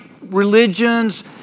religions